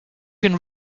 can